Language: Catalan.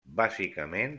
bàsicament